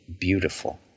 beautiful